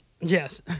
Yes